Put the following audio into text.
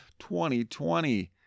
2020